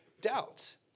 doubts